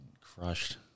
crushed